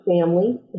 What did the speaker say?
family